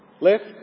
Left